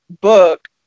book